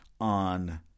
on